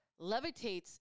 levitates